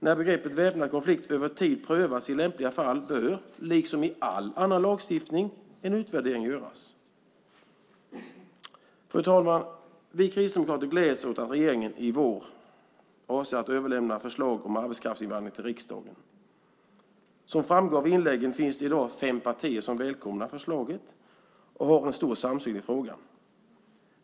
När begreppet "väpnad konflikt" över tid prövas i lämpliga fall bör, liksom i all annan lagstiftning, en utvärdering göras. Fru talman! Vi kristdemokrater gläds åt att regeringen i vår avser att överlämna förslag om arbetskraftsinvandring till riksdagen. Som framgår av inläggen finns det i dag fem partier som välkomnar förslagen och har en stor samsyn i frågan.